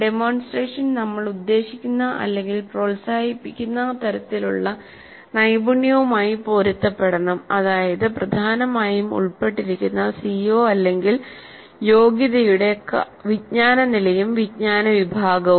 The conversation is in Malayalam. ഡെമോൺസ്ട്രേഷൻ നമ്മൾ ഉദ്ദേശിക്കുന്ന അല്ലെങ്കിൽ പ്രോത്സാഹിപ്പിക്കുന്ന തരത്തിലുള്ള നൈപുണ്യവുമായി പൊരുത്തപ്പെടണം അതായത് പ്രധാനമായും ഉൾപ്പെട്ടിരിക്കുന്ന CO യോഗ്യതയുടെ വിജ്ഞാന നിലയും വിജ്ഞാന വിഭാഗവും